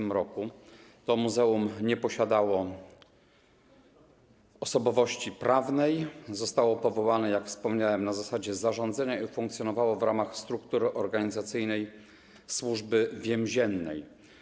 Muzeum nie posiadało osobowości prawnej, zostało powołane, jak wspomniałem, na zasadzie zarządzenia i funkcjonowało w ramach struktury organizacyjnej Służby Więziennej.